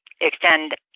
extend